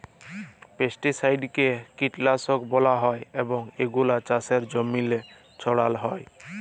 পেস্টিসাইডকে কীটলাসক ব্যলা হ্যয় এবং এগুলা চাষের জমিল্লে ছড়াল হ্যয়